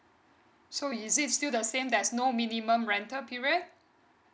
so is it still the same there's no minimum rental period